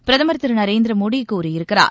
பிரதமர் திரு நரேந்திர மோடி கூறியிருக்கிறார்